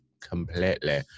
completely